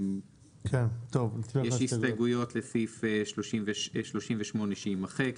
יש הסתייגויות לסעיף 38 שיימחק,